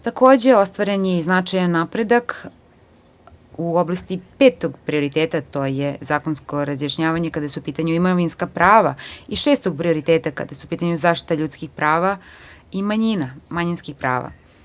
Takođe, ostvaren je i značajan napredak u oblasti petog prioriteta, a to je zakonsko razjašnjavanje kada su u pitanju imovinska prava i šestog prioriteta, kada su u pitanju zaštita ljudskih prava i manjinskih prava.